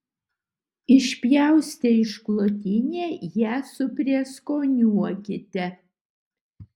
išpjaustę išklotinę ją suprieskoniuokite